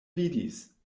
vidis